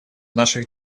наших